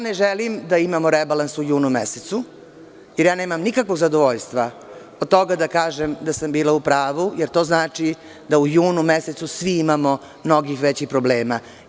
Ne želim da imamo rebalans u junu mesecu, jer ja nemam nikakvog zadovoljstva od toga da kažem da sam bila upravu, jer to znači da u junu mesecu svi imamo mnogo većih problema.